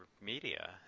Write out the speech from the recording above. media